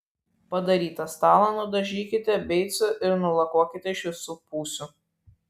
padarytą stalą nudažykite beicu ir nulakuokite iš visų pusių